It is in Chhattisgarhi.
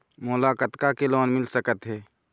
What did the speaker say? मोला कतका के लोन मिल सकत हे?